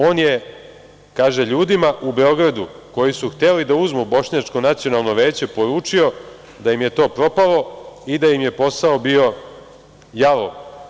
On je, kaže, ljudima u Beogradu, koji su hteli da uzmu Bošnjačko nacionalno veće, poručio da im je to propalo i da im je posao bio jalov.